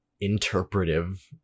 interpretive